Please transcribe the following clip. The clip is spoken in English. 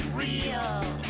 real